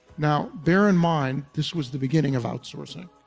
now, bear in mind, this was the beginning of outsourcing.